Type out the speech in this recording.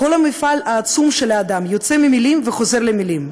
כל המפעל העצום של האדם יוצא ממילים וחוזר למילים.